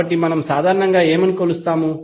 కాబట్టి మనము సాధారణంగా ఏమి కొలుస్తాము